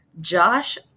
Josh